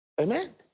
Amen